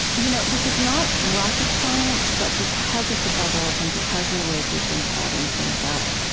you know this is not rocket science, but because of the bubbles and because of the ways we've been dividing things up,